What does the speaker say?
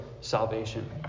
salvation